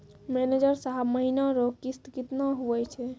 manager साहब महीना रो किस्त कितना हुवै छै